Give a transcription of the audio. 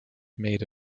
made